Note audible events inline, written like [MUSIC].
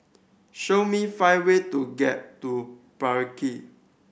show me five way to get to [UNINTELLIGIBLE]